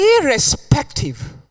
irrespective